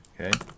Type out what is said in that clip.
Okay